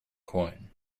coin